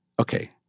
Okay